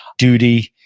duty,